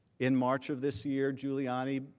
in march of this year, giuliani